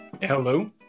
Hello